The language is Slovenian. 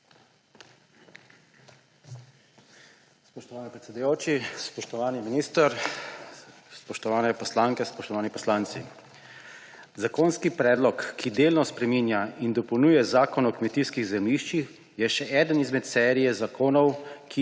Spoštovani predsedujoči, spoštovani minister, spoštovane poslanke, spoštovani poslanci! Zakonski predlog, ki delno spreminja in dopolnjuje Zakon o kmetijskih zemljiščih, je še eden izmed serije zakonov,